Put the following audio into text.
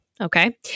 Okay